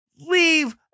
leave